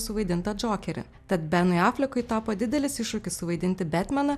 suvaidintą džokerį tad benui aflekui tapo didelis iššūkis suvaidinti betmeną